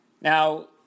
Now